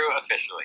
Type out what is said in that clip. officially